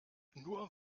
nur